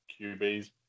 QBs